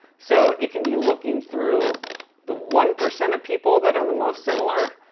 so it can be looking through the one percent of people that are the most similar,